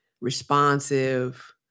responsive